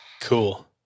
Cool